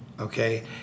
okay